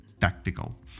tactical